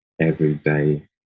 everyday